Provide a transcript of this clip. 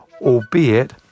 albeit